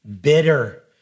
bitter